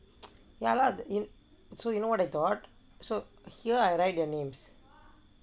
ya lah so you know what I thought so here I write their names